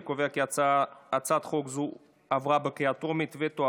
אני קובע כי ההצעה הזאת עברה בקריאה טרומית ותועבר,